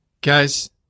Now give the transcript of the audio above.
Guys